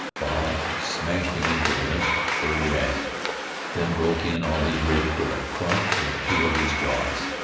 wahb smashed him into a limp, furry rag then broke in all his ribs with a crunch or two of his jaws.